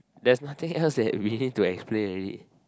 there's nothing else that we need to explain already